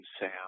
Sam